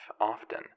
often